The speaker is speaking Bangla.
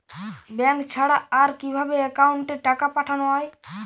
ব্যাঙ্ক ছাড়া আর কিভাবে একাউন্টে টাকা পাঠানো য়ায়?